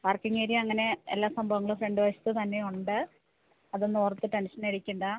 parking area അങ്ങനെ എല്ലാ സംഭവങ്ങളും ഫ്രണ്ട് വശത്ത് തന്നെ ഉണ്ട് അതൊന്നും ഓര്ത്ത് ടെന്ഷനടിക്കണ്ട